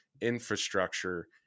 infrastructure